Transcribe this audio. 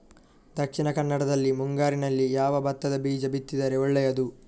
ದಕ್ಷಿಣ ಕನ್ನಡದಲ್ಲಿ ಮುಂಗಾರಿನಲ್ಲಿ ಯಾವ ಭತ್ತದ ಬೀಜ ಬಿತ್ತಿದರೆ ಒಳ್ಳೆಯದು?